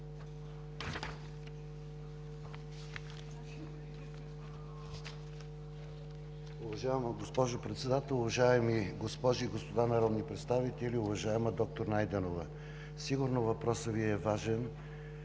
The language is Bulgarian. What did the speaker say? Уважаеми господин Председател, уважаеми госпожи и господа народни представители! Уважаема доктор Найденова, сигурно въпросът Ви е важен.